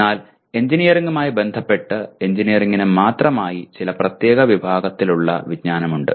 എന്നാൽ എഞ്ചിനീയറിംഗുമായി ബന്ധപ്പെട്ട് എഞ്ചിനീയറിംഗിന് മാത്രമായി ചില പ്രത്യേക വിഭാഗത്തിലുള്ള വിജ്ഞാനം ഉണ്ട്